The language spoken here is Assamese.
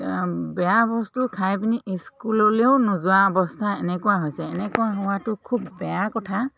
বেয়া বস্তু খাই পিনি স্কুললৈও নোযোৱা অৱস্থা এনেকুৱা হৈছে এনেকুৱা হোৱাটো খুব বেয়া কথা